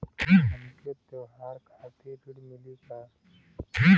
हमके त्योहार खातिर ऋण मिली का?